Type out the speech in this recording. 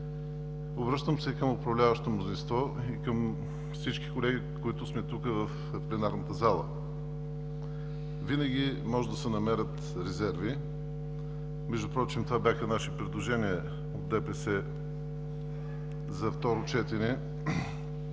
Обръщам се към управляващото мнозинство и към всички колеги, които сме тук, в пленарната зала. Винаги могат да се намерят резерви. Впрочем това бяха предложения от ДПС за второ четене